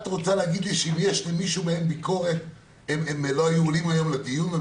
את רוצה להגיד לי שאם יש למישהו מהם ביקורת הם לא היו עולים היום לדיון.